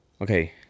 okay